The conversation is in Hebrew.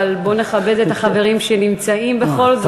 אבל בוא נכבד את החברים שנמצאים בכל זאת.